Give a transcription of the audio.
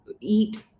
eat